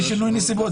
זה שינוי נסיבות.